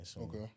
Okay